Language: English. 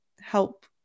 help